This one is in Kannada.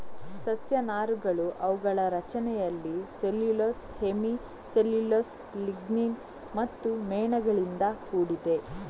ಸಸ್ಯ ನಾರುಗಳು ಅವುಗಳ ರಚನೆಯಲ್ಲಿ ಸೆಲ್ಯುಲೋಸ್, ಹೆಮಿ ಸೆಲ್ಯುಲೋಸ್, ಲಿಗ್ನಿನ್ ಮತ್ತು ಮೇಣಗಳಿಂದ ಕೂಡಿದೆ